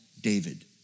David